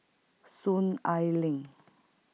Soon Ai Ling